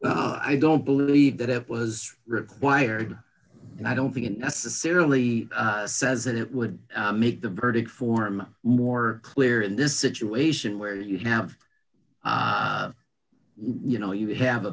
i don't believe that it was required and i don't think it necessarily says that it would make the verdict form more clear in this situation where you have you know you have a